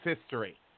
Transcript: history